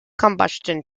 combustion